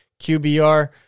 QBR